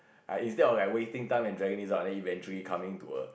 I instead of like wasting time and dragging this out and then eventually coming to a